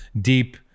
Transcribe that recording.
deep